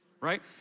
right